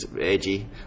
edgy